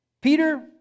Peter